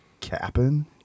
Capping